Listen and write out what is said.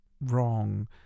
wrong